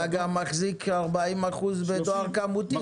אתה גם מחזיק כ-40 אחוזים בדואר כמותי.